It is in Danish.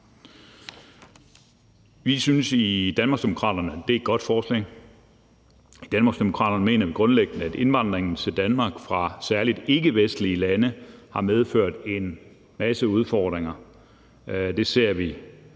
Vi synes i Danmarksdemokraterne, at det er et godt forslag. I Danmarksdemokraterne mener vi grundlæggende, at indvandringen til Danmark fra særlig ikkevestlige lande har medført en masse udfordringer. Det ser vi